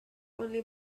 only